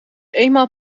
eenmaal